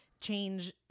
change